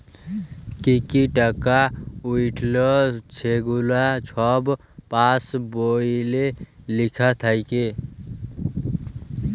কি কি টাকা উইঠল ছেগুলা ছব পাস্ বইলে লিখ্যা থ্যাকে